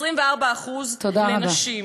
24% לנשים.